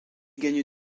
gagne